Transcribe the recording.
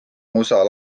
usa